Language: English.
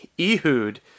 Ehud